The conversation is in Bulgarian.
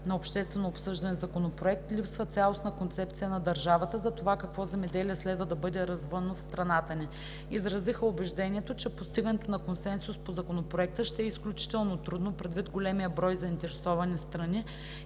за обществено обсъждане Законопроект липсва цялостната концепция на държавата за това какво земеделие следва да бъде развивано в страната ни. Изразиха убеждението, че постигането на консенсус по законопроекта ще е изключително трудно, предвид големия брой заинтересовани страни